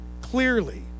clearly